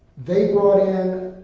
they brought in,